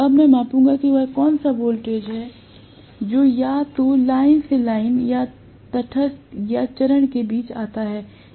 अब मैं मापूंगा कि वह कौन सा वोल्टेज है जो या तो लाइन से लाइन या तटस्थ और चरण के बीच आता है